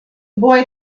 boy